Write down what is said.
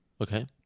Okay